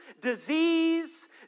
disease